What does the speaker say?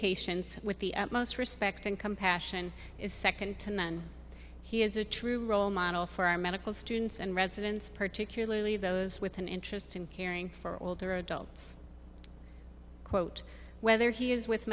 patients with the utmost respect and compassion is second to none he is a true role model for our medical students and residents particularly those with an interest in caring for older adults quote whether he is with